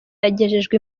yagejejwe